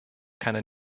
keine